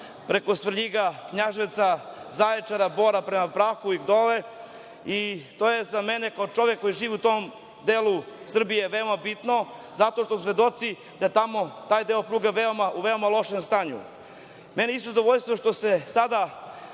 preko Svrljiga, Knjaževca, Zaječara, Bora i dole. To je za mene kao čoveka koji živi u tom delu Srbije veoma bitno zato što smo svedoci da je tamo taj deo pruge u veoma lošem stanju. Meni je zadovoljstvo što je sada